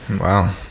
wow